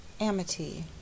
Amity